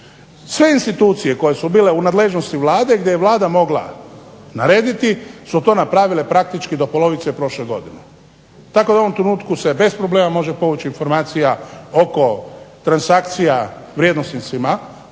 Sve institucije koje su bile u nadležnosti Vlade, gdje je Vlada mogla narediti su to napravile praktički do polovice prošle godine. Tako da u ovom trenutku se bez problema može povući informacija oko transakcija vrijednosnicama,